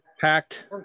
packed